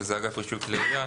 שזה האגף לרישוי כלי ירייה,